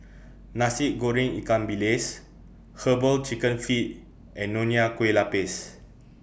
Nasi Goreng Ikan Bilis Herbal Chicken Feet and Nonya Kueh Lapis